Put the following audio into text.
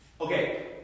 Okay